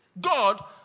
God